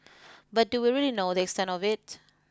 but do we really know the extent of it